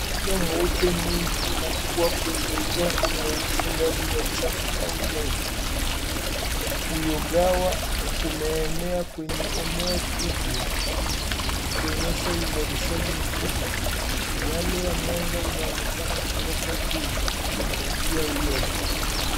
Uyoga mweupe mwingi unakua kwenye udongo mweusi ndani ya chafu au jengo. Uyoga hawa umeenea kwenye eneo kubwa ukionyesha uzalishaji mkubwa. Miale ya mwanga inaonekana kutoka juu ukiangazia uyoga.